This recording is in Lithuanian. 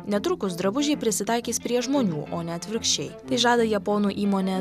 netrukus drabužiai prisitaikys prie žmonių o ne atvirkščiai tai žada japonų įmonės